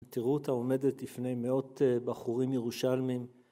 תראו אותה עומדת לפני מאות בחורים ירושלמים.